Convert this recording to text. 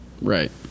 right